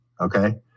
Okay